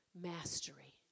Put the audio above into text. mastery